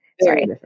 sorry